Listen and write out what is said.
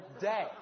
day